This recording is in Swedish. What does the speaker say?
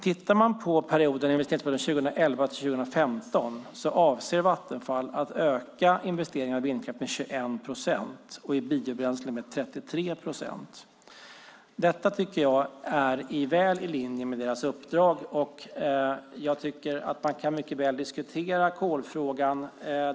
Under perioden 2011-2015 avser Vattenfall att öka investeringarna i vindkraft med 21 procent och investeringarna i biobränslen med 33 procent. Jag tycker att detta ligger väl i linje med deras uppdrag. Jag tycker att man mycket väl kan diskutera kolfrågan.